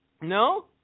No